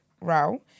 row